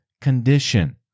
condition